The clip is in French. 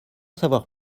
savoir